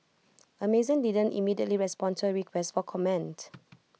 Amazon didn't immediately respond to A request for comment